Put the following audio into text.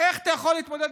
זהו נתניהו,